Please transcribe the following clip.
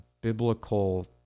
biblical